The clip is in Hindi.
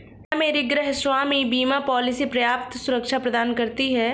क्या मेरी गृहस्वामी बीमा पॉलिसी पर्याप्त सुरक्षा प्रदान करती है?